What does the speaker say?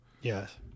yes